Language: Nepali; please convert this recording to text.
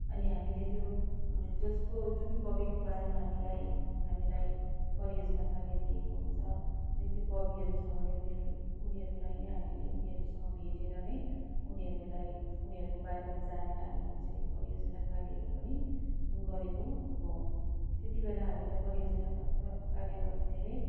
अनि हामीले त्यो जसको जुन कविको बारेमा हामीलाई हामीलाई परियोजना कार्य दिएको हुन्छ त्यो कविहरू छ भने उनीहरू उनीहरूलाई नै हामीले उनीहरूसँग भेटेर नै उनीहरूलाई उनीहरूको बारेमा जानेर हामीले त्यसरी परियोजना कार्यहरू पनि गरेको हो त्यति बेला हामीलाई परियोजनाको कार्य गर्न धेरै